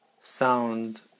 sound